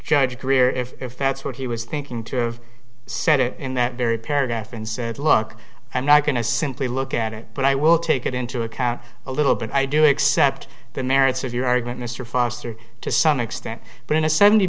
judge greer if that's what he was thinking to set it in that very paragraph and said look i'm not going to simply look at it but i will take it into account a little bit i do accept the merits of your argument mr foster to some extent but in a seventy